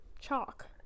chalk